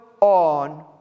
on